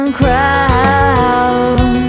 crowd